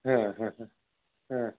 हां हां हां हां